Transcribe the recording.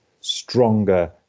stronger